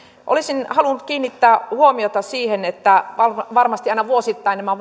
olisin halunnut kiinnittää huomiota siihen että varmasti aina vuosittain nämä